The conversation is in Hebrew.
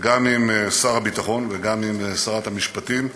גם עם שר הביטחון וגם עם שרת המשפטים,